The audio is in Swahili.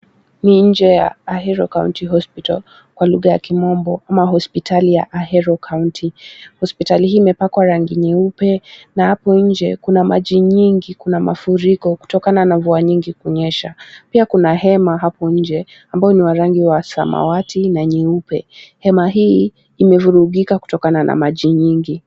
Ni nje, ya Ahero county hospital . Kwa lugha ya Kimombo, ama hospitali ya Ahero County . Hospitali hii imepakwa rangi nyeupe na hapo nje kuna maji nyingi, kuna mafuriko kutokana na mvua nyingi kunyesha. Pia kuna hema hapo nje, ambayo ni wa rangi wa samawati na nyeupe. Hema hii imevurugika kutokana na maji nyingi.